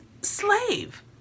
slave